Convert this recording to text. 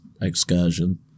excursion